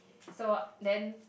so then